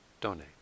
donate